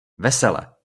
vesele